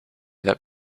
that